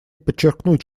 подчеркнуть